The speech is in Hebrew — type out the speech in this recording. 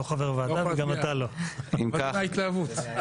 הצבעה אושרה.